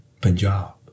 Punjab